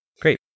Great